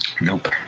Nope